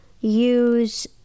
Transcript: use